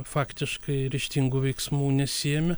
faktiškai ryžtingų veiksmų nesiėmė